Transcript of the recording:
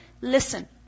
listen